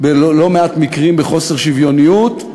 בלא מעט מקרים בחוסר שוויוניות,